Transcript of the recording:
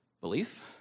belief